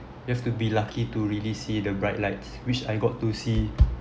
you have to be lucky to really see the bright lights which I got to see